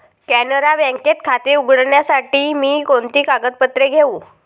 कॅनरा बँकेत खाते उघडण्यासाठी मी कोणती कागदपत्रे घेऊ?